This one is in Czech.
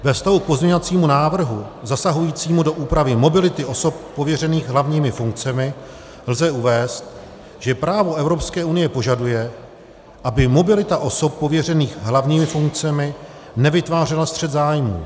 Ve vztahu k pozměňovacímu návrhu zasahujícímu do úpravy mobility osob pověřených hlavními funkcemi lze uvést, že právo Evropské unie požaduje, aby mobilita osob pověřených hlavními funkcemi nevytvářela střet zájmů.